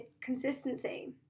consistency